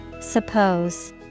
Suppose